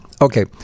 okay